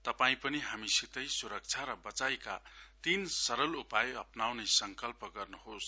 तपाई पनि हामीसितै सुरक्षा र वचाइका तीन सरल उपाय अप्नाउने संकल्प गर्नुहोस